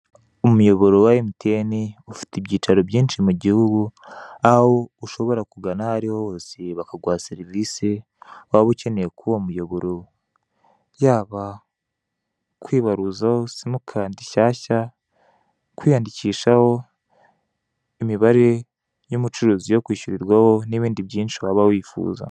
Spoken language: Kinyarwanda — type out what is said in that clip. Umuyobora wa MTN, ufite ibyicaro byinshi mu gihugu, aho ushobora kugana aho ariho hose bakaguha serivisi, waba ukeneye kuwo muuoboro, yaba kwibaruzaho simikadi nshyashya, kwiyandikishaho imibare y'umucuruzi yo kwishyurirwa ho, n'ibindi byinshi waba wifuza.